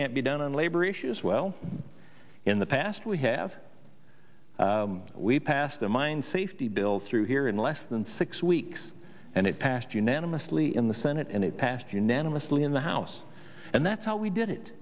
can't be done on labor issues well in the past we have we passed the mine safety bill through here in less than six weeks and it passed unanimously in the senate and it passed unanimously in the house and that's how we did